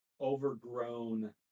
overgrown